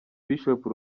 bishop